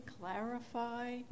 clarify